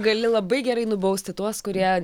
gali labai gerai nubausti tuos kurie